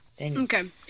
Okay